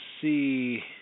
see